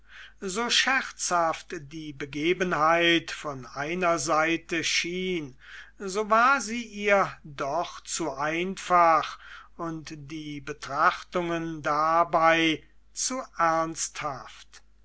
so scherzhaft die begebenheit von einer seite schien so war sie ihr doch zu einfach und die betrachtungen dabei zu ernsthaft